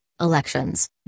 elections